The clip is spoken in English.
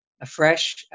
afresh